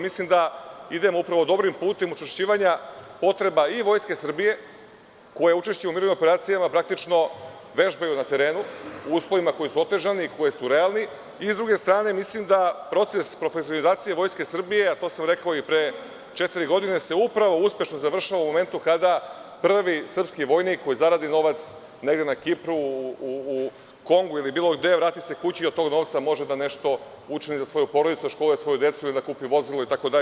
Mislim da idemo dobrim putem učvršćivanja potreba i Vojske Srbije, koja učešće u mirovnim operacijama vežba na terenu u uslovima koji su otežani, koji su realni, a sa druge strane, mislim da se proces profesionalizacije Vojske Srbije, a to sam rekao i pre četiri godine, upravo uspešno završava u momentu kada se prvi srpski vojnik koji zaradi novac negde na Kipru, u Kongu ili bilo gde, vrati se kući i od tog novca može nešto da učini za svoju porodicu, školuje svoju decu, da kupi vozilo itd.